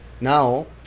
now